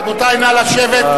רבותי, נא לשבת.